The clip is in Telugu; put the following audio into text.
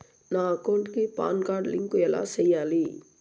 నా అకౌంట్ కి పాన్ కార్డు లింకు ఎలా సేయాలి